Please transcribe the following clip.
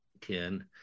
ken